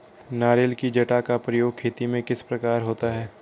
नारियल की जटा का प्रयोग खेती में किस प्रकार होता है?